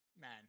man